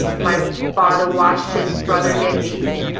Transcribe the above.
my father watched his brother get beaten,